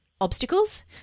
obstacles